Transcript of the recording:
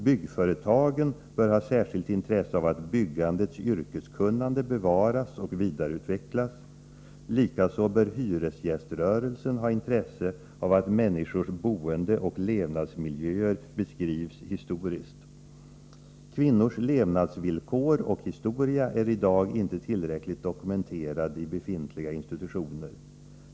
Byggföretagen bör ha särskilt intresse av att byggandets yrkeskunnande bevaras och vidareutvecklas, likaså bör hyresgäströrelsen ha intresse av att människors boendeoch levnadsmiljöer beskrivs historiskt. Kvinnors levnadsvillkor och historia är i dag inte tillräckligt dokumenterade i befintliga institutioner.